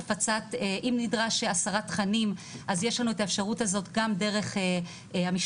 ואם נדרשת הסרת תכנים אז יש לנו את האפשרות הזאת גם דרך המשטרה,